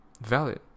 valid